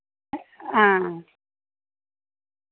आं